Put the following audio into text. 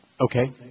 Okay